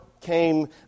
came